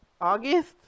August